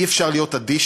אי-אפשר להיות אדיש,